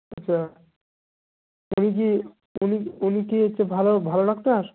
আচ্ছা উনি কি উনি উনি কি একটু ভালো ভালো ডাক্তার